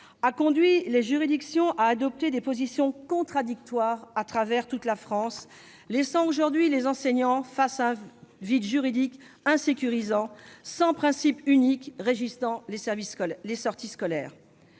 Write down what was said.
a conduit les juridictions à adopter des positions contradictoires à travers la France, laissant aujourd'hui les enseignants face à un vide juridique insécurisant, sans principe unique régissant les sorties scolaires.